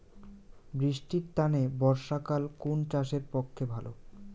বৃষ্টির তানে বর্ষাকাল কুন চাষের পক্ষে ভালো?